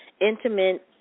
intimate